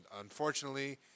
unfortunately